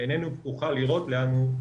שעינינו פקוחה לראות לאן הוא מתקדם.